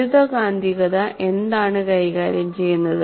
വൈദ്യുതകാന്തികത എന്താണ് കൈകാര്യം ചെയ്യുന്നത്